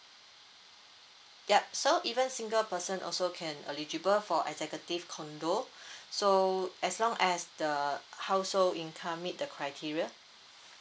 yup so even single person also can eligible for executive condo so as long as the husehold income meet the criteria